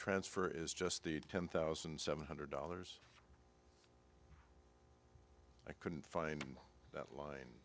transfer is just the ten thousand seven hundred dollars i couldn't find